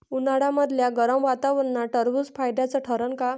उन्हाळ्यामदल्या गरम वातावरनात टरबुज फायद्याचं ठरन का?